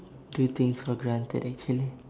do things for granted actually